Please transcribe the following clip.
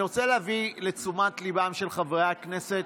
אני רוצה להביא לתשומת ליבם של חברי הכנסת,